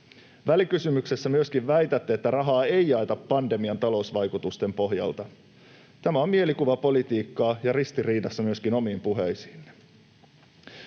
Välikysymyksessä myöskin väitätte, että rahaa ei jaeta pandemian talousvaikutusten pohjalta. Tämä on mielikuvapolitiikkaa ja ristiriidassa myöskin omien puheidenne